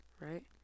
right